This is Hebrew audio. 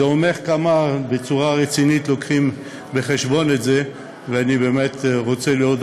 זה אומר כמה מביאים בחשבון בצורה רצינית את זה,